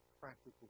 practical